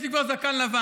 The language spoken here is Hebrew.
יש לי כבר זקן לבן.